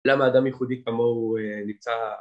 למה אדם ייחודי כמוהו נמצא